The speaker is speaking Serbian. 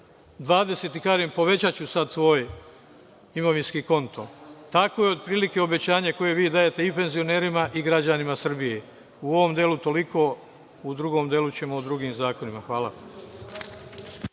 i kažem, povećaću sad tvoj imovinski konto. Tako je od prilike obećanje koje vi dajete i penzionerima i građanima Srbije. U ovom delu toliko, u drugom delu ćemo o drugim zakonima. Hvala.